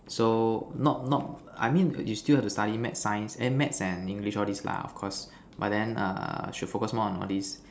so not not I mean you still have to study maths sciences eh maths and English all this lah of course but then err should focus more on all this